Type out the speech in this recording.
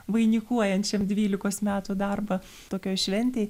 vainikuojančiam dvylikos metų darbą tokioj šventėj